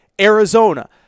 Arizona